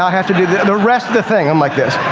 ah have to, the rest of the thing, i'm like this.